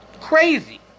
crazy